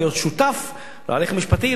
להיות שותף להליך המשפטי,